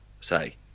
say